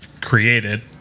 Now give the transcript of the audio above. created